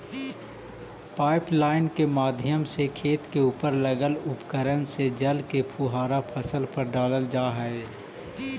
pipeline के माध्यम से खेत के उपर लगल उपकरण से जल के फुहारा फसल पर डालल जा हइ